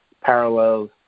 parallels